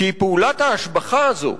כי פעולת ההשבחה הזאת,